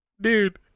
Dude